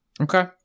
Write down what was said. Okay